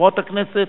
חברות הכנסת,